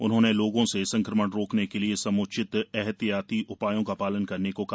उन्होंने लोगों से संक्रमण रोकने के लिए सम्चित एहतियाती उपायों का पालन करने को कहा